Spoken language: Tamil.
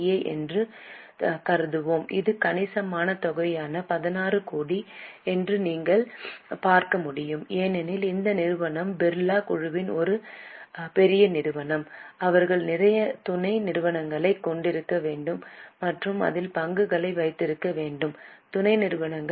ஏ என்று கருதுவோம் இது கணிசமான தொகையான 16000 கோடி என்று நீங்கள் பார்க்க முடியும் ஏனெனில் இந்த நிறுவனம் பிர்லா குழுவில் ஒரு பெரிய நிறுவனம் அவர்கள் நிறைய துணை நிறுவனங்களைக் கொண்டிருக்க வேண்டும் மற்றும் அதில் பங்குகளை வைத்திருக்க வேண்டும் துணை நிறுவனங்கள்